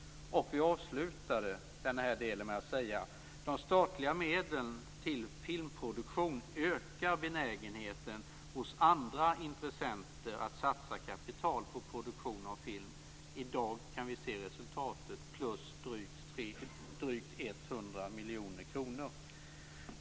Vi avslutade den delen med att säga att de statliga medlen till filmproduktion ökar benägenheten hos andra intressenter att satsa kapital på produktion av film. I dag kan vi se resultatet - plus drygt 100 miljoner kronor.